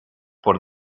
por